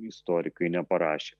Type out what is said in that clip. istorikai neparašė